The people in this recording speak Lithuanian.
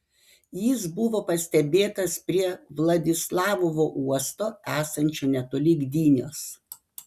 jis buvo pastebėtas prie vladislavovo uosto esančio netoli gdynios